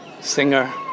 singer